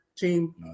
team